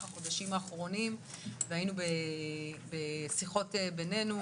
החודשים האחרונים וקיימנו שיחות בינינו.